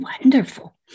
Wonderful